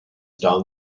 down